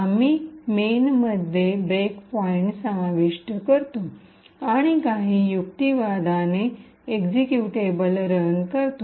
आम्ही मेन मध्ये ब्रेकपॉईंट समाविष्ट करतो आणि काही युक्तिवादाने अर्गुमेंटने एक्झिक्युटेबल रन करतो